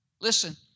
Listen